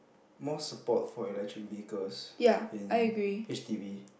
more support for electric vehicles in H_D_B